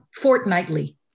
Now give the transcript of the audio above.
fortnightly